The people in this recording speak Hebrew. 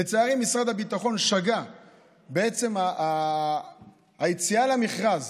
לצערי משרד הביטחון שגה בעצם היציאה למכרז